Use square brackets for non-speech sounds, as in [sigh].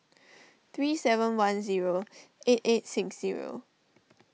[noise] three seven one zero eight eight six zero